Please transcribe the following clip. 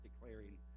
declaring